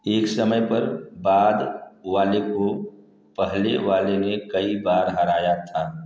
एक समय पर बाद वाले को पहले वाले ने कई बार हराया था